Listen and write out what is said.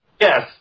Yes